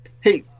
Hey